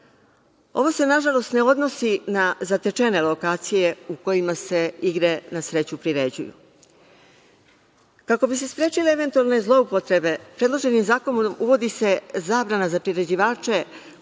Ovo se nažalost ne odnosi na zatečene lokacije u kojima se igre na sreću priređuju. Kako bi se sprečile eventualne zloupotrebe, predloženim zakonom se uvodi zabrana za priređivače